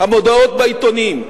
המודעות בעיתונים,